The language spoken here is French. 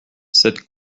cette